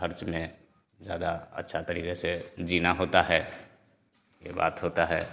हर समय ज़्यादा अच्छा तरीका से जीना होता है ये बात होता है